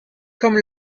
comme